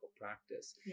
practice